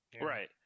Right